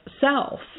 self